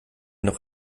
noch